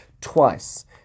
twice